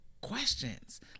questions